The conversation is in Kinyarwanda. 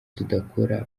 tudakora